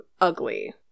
ugly